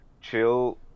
chill